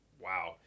wow